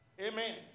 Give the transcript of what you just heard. Amen